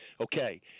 okay